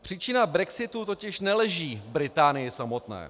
Příčina brexitu totiž neleží v Británii samotné.